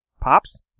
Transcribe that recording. pops